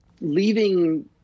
leaving